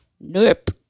Nope